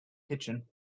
kitchen